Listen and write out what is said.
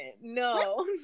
no